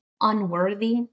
unworthy